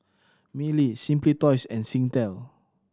Mili Simply Toys and Singtel